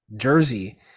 jersey